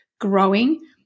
growing